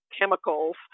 Chemicals